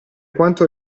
quanto